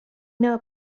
know